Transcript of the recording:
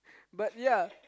but ya